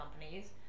companies